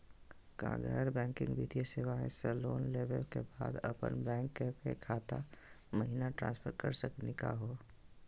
का गैर बैंकिंग वित्तीय सेवाएं स लोन लेवै के बाद अपन बैंको के खाता महिना ट्रांसफर कर सकनी का हो?